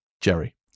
Jerry